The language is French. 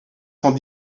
cent